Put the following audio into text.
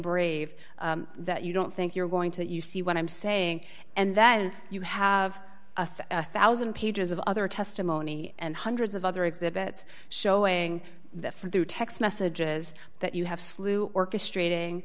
brave that you don't think you're going to you see what i'm saying and then you have a one thousand pages of other testimony and hundreds of other exhibits showing that for through text messages that you have slew orchestrating